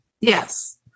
Yes